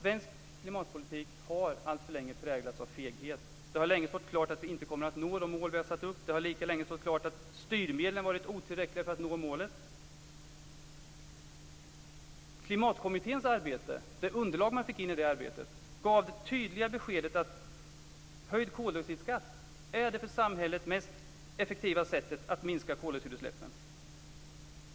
Svensk klimatpolitik har alltför länge präglats av feghet. Det har länge stått klart att vi inte kommer att nå de mål vi har satt upp. Det har lika länge stått klart att styrmedlen varit otillräckliga för att nå målet. Klimatkommitténs arbete och det underlag man fick in i det arbetet gav det tydliga beskedet att höjd koldioxidskatt är det för samhället mest effektiva sättet att minska koldioxidutsläppen.